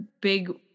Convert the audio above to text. big